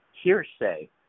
hearsay